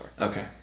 Okay